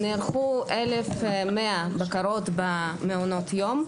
נערכו 1,100 בקרות במעונות יום.